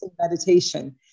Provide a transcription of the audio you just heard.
Meditation